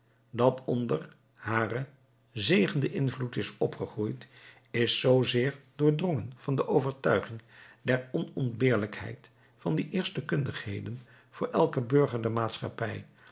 dat onder haren zegenenden invloed is opgegroeid is zoozeer doordrongen van de overtuiging der onontbeerlijkheid van die eerste kundigheden voor elken burger der maatschappij